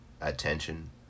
attention